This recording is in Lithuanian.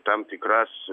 tam tikras